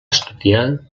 estudiar